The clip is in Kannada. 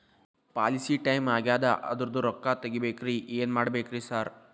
ಪಾಲಿಸಿ ಟೈಮ್ ಆಗ್ಯಾದ ಅದ್ರದು ರೊಕ್ಕ ತಗಬೇಕ್ರಿ ಏನ್ ಮಾಡ್ಬೇಕ್ ರಿ ಸಾರ್?